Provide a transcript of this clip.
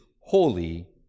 holy